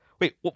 Wait